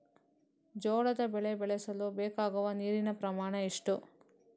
ಜೋಳದ ಬೆಳೆ ಬೆಳೆಸಲು ಬೇಕಾಗುವ ನೀರಿನ ಪ್ರಮಾಣ ಎಷ್ಟು?